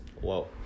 Whoa